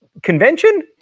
Convention